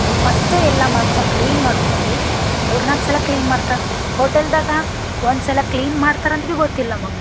first ಎಲ್ಲ ಮಾಂಸ clean ಮಾಡಿಕೊಂಡು ಮೂರು ನಾಲ್ಕು ಸಲ ಕ್ಲೀನ್ ಮಾಡ್ತಾಳೆ ಹೋಟೆಲ್ದಾಗ ಒಂದು ಸಲ ಕ್ಲೀನ್ ಮಾಡ್ತರಂದು ಭಿ ಗೊತ್ತಿಲ್ಲ ನಮಗೆ